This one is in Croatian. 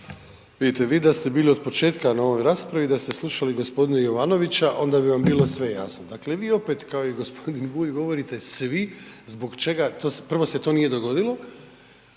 Vidite, vi da ste bili od početka na ovoj raspravi i da ste slušali g. Jovanovića, onda bi vam bilo sve jasno. Dakle, vi opet kao i g. Bulj govorite svi zbog čega, prvo se to nije dogodilo